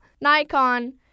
Nikon